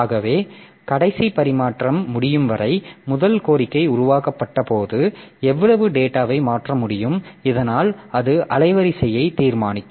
ஆகவே கடைசி பரிமாற்றம் முடியும் வரை முதல் கோரிக்கை உருவாக்கப்பட்டபோது எவ்வளவு டேட்டாவை மாற்ற முடியும் இதனால் அது அலைவரிசையை தீர்மானிக்கும்